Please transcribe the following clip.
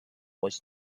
was